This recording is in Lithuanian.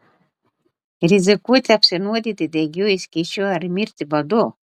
rizikuoti apsinuodyti degiuoju skysčiu ar mirti badu